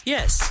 Yes